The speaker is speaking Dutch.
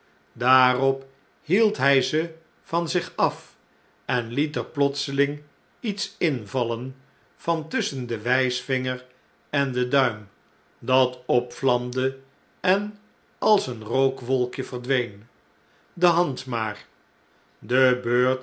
daarop hield hjj ze van zich af en liet er plotseling iets in vallen van tusschen den wpvinger en den duim dat opvlamde en als een rookwolkje verdween de hand maar de